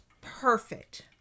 perfect